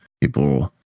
people